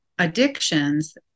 Addictions